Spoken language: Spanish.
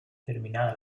terminada